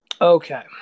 Okay